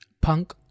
Punk